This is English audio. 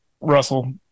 Russell